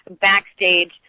backstage